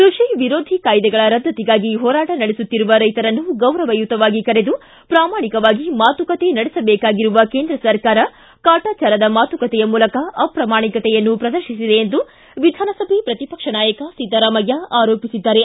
ಕೃಷಿ ವಿರೋಧಿ ಕಾಯಿದೆಗಳ ರದ್ದತಿಗಾಗಿ ಹೋರಾಟ ನಡೆಸುತ್ತಿರುವ ರೈತರನ್ನು ಗೌರವಯುತವಾಗಿ ಕರೆದು ಪ್ರಾಮಾಣಿಕವಾಗಿ ಮಾತುಕತೆ ನಡೆಸಬೇಕಾಗಿರುವ ಕೇಂದ್ರ ಸರ್ಕಾರ ಕಾಟಾಚಾರದ ಮಾತುಕತೆಯ ಮೂಲಕ ಅಪ್ರಮಾಣಿಕತೆಯನ್ನು ಪ್ರದರ್ತಿಸಿದೆ ಎಂದು ವಿಧಾನಸಭೆ ಪ್ರತಿಪಕ್ಷ ನಾಯಕ ಸಿದ್ದರಾಮಯ್ಯ ಆರೋಪಿಸಿದ್ದಾರೆ